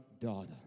daughter